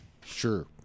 Sure